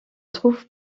trouve